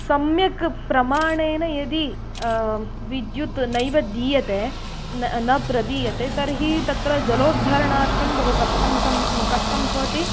सम्यक् प्रमाणेन यदि विद्युत् नैव दीयते न प्रदीयते तर्हि तत्र जलोद्धरणार्थं बहु कष्टं सं कष्टं भवति